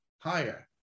higher